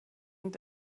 und